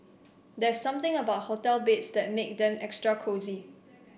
there's something about hotel beds that make them extra cosy